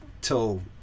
till